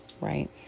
right